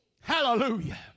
Hallelujah